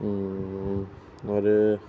आरो